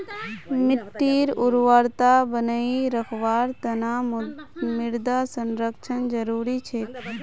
मिट्टीर उर्वरता बनई रखवार तना मृदा संरक्षण जरुरी छेक